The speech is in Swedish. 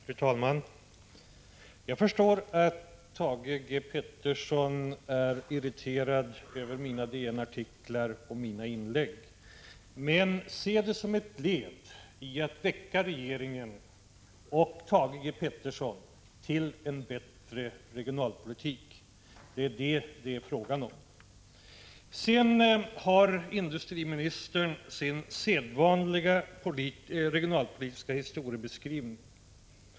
Fru talman! Jag förstår att Thage Peterson är irriterad över mina 22 maj 1986 DN-artiklar och mina inlägg, men se dem som ett led i att väcka regeringen och Thage Peterson till en bättre regionalpolitik. Det är det det är fråga om. Sedan har industriministern sin sedvanliga regionalpolitiska historiebeskrivning.